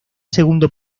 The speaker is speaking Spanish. segundo